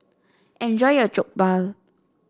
enjoy your Jokbal